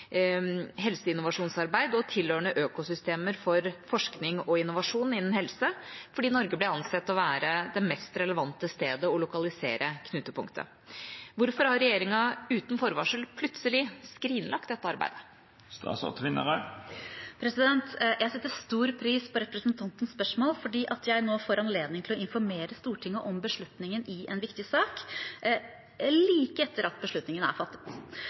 helseinnovasjonsarbeid og tilhørende økosystemer for forskning og innovasjon innen helse, fordi Norge ble ansett for å være det mest relevante stedet å lokalisere knutepunktet. Hvorfor har regjeringen uten forvarsel plutselig skrinlagt dette arbeidet?» Jeg setter stor pris på representantens spørsmål fordi jeg nå får anledning til å informere Stortinget om beslutningen i en viktig sak – like etter at beslutningen er fattet.